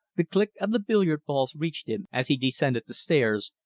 the click of the billiard balls reached him as he descended the stairs,